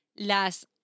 las